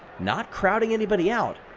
not crowding anybody out,